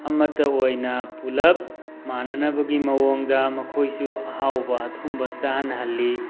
ꯑꯃꯠꯇ ꯑꯣꯏꯅ ꯄꯨꯜꯂꯞ ꯃꯥꯟꯅꯅꯕꯒꯤ ꯃꯑꯣꯡꯗ ꯃꯈꯣꯏꯁꯨ ꯑꯍꯥꯎꯕ ꯑꯊꯨꯝꯕ ꯆꯥꯅꯍꯜꯂꯤ